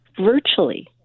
virtually